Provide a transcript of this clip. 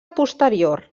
posterior